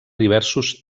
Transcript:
diversos